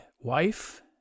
wife